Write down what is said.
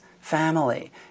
family